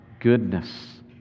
goodness